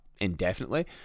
indefinitely